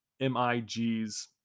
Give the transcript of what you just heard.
MIGs